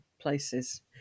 places